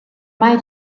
mai